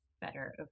better